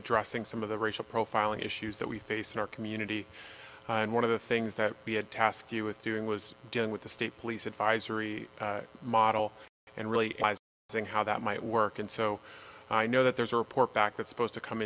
addressing some of the racial profiling issues that we face in our community and one of the things that we had task you with doing was dealing with the state police advisory model and really seeing how that might work and so i know that there's a report back that's supposed to come